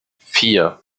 vier